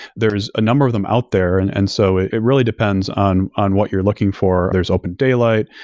there's a number of them out there, and and so it really depends on on what you're looking for. there's open daylight,